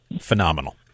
phenomenal